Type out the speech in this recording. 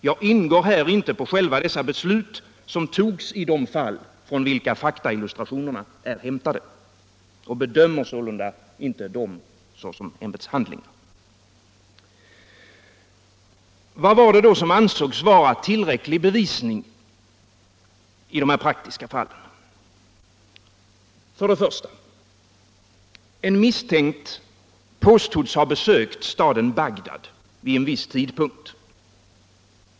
Jag ingår här inte på själva de beslut som togs i de fall från vilka faktaillustrationerna är hämtade och bedömer sålunda inte dem såsom ämbetshandlingar. Vad var det som ansågs vara tillräcklig bevisning i de här praktiska fallen? För det första: En misstänkt påstods ha besökt staden Bagdad vid en viss tidpunkt.